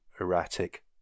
erratic